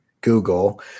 Google